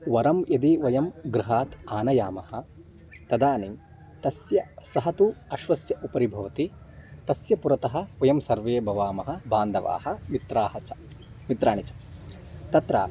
वरं यदि वयं गृहात् आनयामः तदानीं तस्य सः तु अश्वस्य उपरि भवति तस्य पुरतः वयं सर्वे भवामः बान्धवाः मित्राः च मित्राणि च तत्र